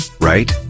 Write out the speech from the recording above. right